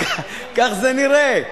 כך זה נראה.